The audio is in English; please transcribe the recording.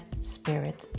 spirit